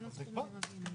אז נקבע.